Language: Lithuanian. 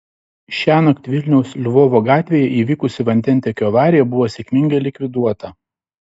šiąnakt vilniaus lvovo gatvėje įvykusi vandentiekio avarija buvo sėkmingai likviduota